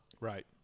Right